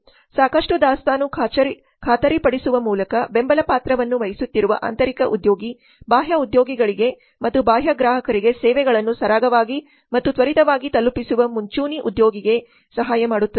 ಸಾಕಷ್ಟು ದಾಸ್ತಾನು ಖಾತರಿಪಡಿಸುವ ಮೂಲಕ ಬೆಂಬಲ ಪಾತ್ರವನ್ನು ವಹಿಸುತ್ತಿರುವ ಆಂತರಿಕ ಉದ್ಯೋಗಿ ಬಾಹ್ಯ ಉದ್ಯೋಗಿಗಳಿಗೆ ಮತ್ತು ಬಾಹ್ಯ ಗ್ರಾಹಕರಿಗೆ ಸೇವೆಗಳನ್ನು ಸರಾಗವಾಗಿ ಮತ್ತು ತ್ವರಿತವಾಗಿ ತಲುಪಿಸಲು ಮುಂಚೂಣಿ ಉದ್ಯೋಗಿಗೆ ಸಹಾಯ ಮಾಡುತ್ತದೆ